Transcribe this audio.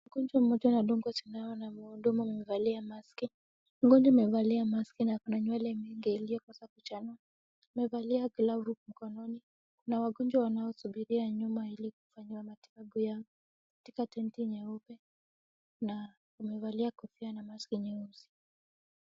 Mgonjwa mmoja anadungwa sindano na mhudumu amevalia mask. . Mgonjwa amevalia mask na ako na nywele mingi iliyokosa kuchanua. Amevalia glavu mkononi na wagonjwa wanaosuburia nyuma ili kufanyiwa matibabu yao katika tent nyeupe na wamevalia kofia na mask nyeusi.